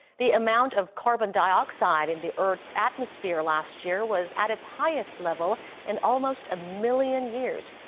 the amount of carbon dioxide in the earth's atmosphere last year was at its highest level in almost a million years.